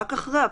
רק אחרי הפרסום.